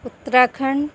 Uttarakhand